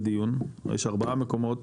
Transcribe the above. לדיון יש ארבעה מקומות